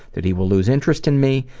that he will lose interest in me,